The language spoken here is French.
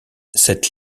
cette